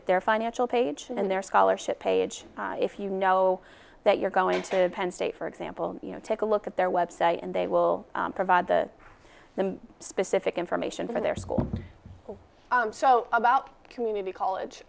at their financial page and their collar shit page if you know that you're going to penn state for example you know take a look at their website and they will provide the specific information for their school so about community